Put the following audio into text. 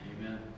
Amen